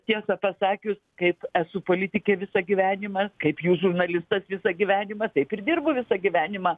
tiesą pasakius kaip esu politikė visą gyvenimą kaip jūs žurnalistas visą gyvenimą taip ir dirbu visą gyvenimą